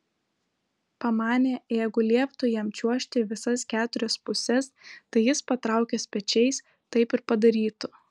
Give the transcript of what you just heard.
pamanė jeigu lieptų jam čiuožti į visas keturias puses tai jis patraukęs pečiais taip ir padarytų